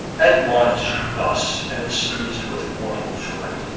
admonish'd thus, and seiz'd with mortal fright,